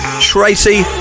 Tracy